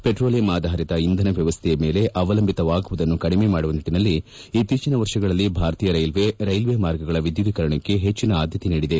petroleum ಆಧಾರಿತ ಇಂಧನ ವ್ಯವಸ್ಥೆಯ ಮೇಲೆ ಅವಲಂಬಿತವಾಗುವುದನ್ನು ಕಡಿಮೆ ಮಾಡುವ ನಿಟ್ಟಿನಲ್ಲಿ ಇತ್ತೀಚಿನ ವರ್ಷಗಳಲ್ಲಿ ಭಾರತೀಯ ರೈಲ್ವೆ ರೈಲ್ವೆ ಮಾರ್ಗಗಳ ವಿದ್ಯುದ್ದೀಕರಣಕ್ಕೆ ಪೆಚ್ಚಿನ ಆದ್ಯತೆ ನೀಡಿದೆ